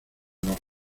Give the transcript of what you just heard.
los